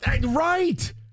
Right